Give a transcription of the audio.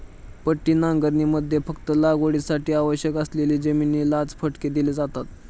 पट्टी नांगरणीमध्ये फक्त लागवडीसाठी आवश्यक असलेली जमिनीलाच फटके दिले जाते